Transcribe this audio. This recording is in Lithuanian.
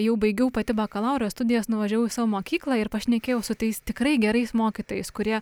jau baigiau pati bakalauro studijas nuvažiavau į savo mokyklą ir pašnekėjau su tais tikrai gerais mokytojais kurie